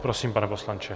Prosím, pane poslanče.